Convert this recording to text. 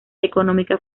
económica